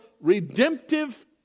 redemptive